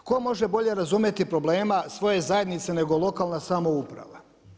Tko može bolje razumjeti problema svoje zajednice, nego lokalna samouprave?